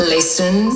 Listen